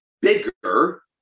bigger